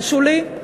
שולי?